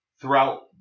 throughout